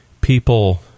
people